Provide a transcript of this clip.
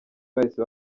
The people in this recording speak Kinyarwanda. bahise